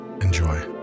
enjoy